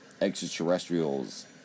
extraterrestrials